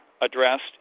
addressed